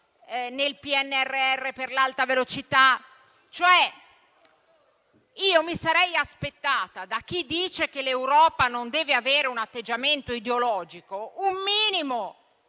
nel PNRR per l'alta velocità. Mi sarei aspettata da chi dice che l'Europa non deve avere un atteggiamento ideologico un minimo